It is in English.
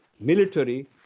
military